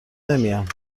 نمیان